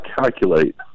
calculate